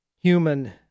human